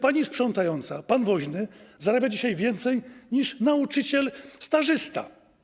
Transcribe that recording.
Pani sprzątająca, pan woźny zarabiają dzisiaj więcej niż nauczyciel stażysta.